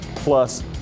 plus